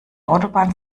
autobahn